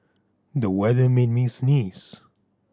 the weather made me sneeze